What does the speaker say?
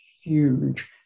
huge